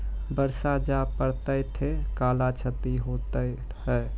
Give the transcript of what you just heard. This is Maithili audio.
बरसा जा पढ़ते थे कला क्षति हेतै है?